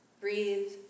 Breathe